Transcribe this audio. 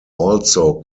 also